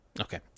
Okay